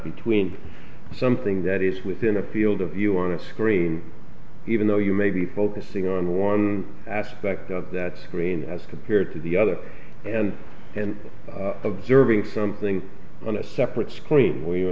between something that is within a field of view on a screen even though you may be focusing on one aspect of that screen as compared to the other and and observing something on a separate s